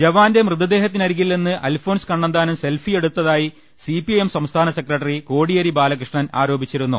ജവാന്റെ മൃതദേഹത്തിനരികിൽ നിന്ന് അൽഫോൺസ് കണ്ണന്താനം സെൽഫിയെടുത്തായി സിപിഐഎം സംസ്ഥാന സെക്രട്ടരി കോടിയേരി ബാലകൃഷ്ണൻ ആരോപിച്ചിരുന്നു